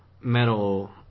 metal